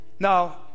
Now